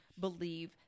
believe